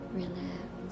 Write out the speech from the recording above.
relax